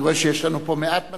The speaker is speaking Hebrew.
אני רואה שיש לנו פה מעט מצביעים.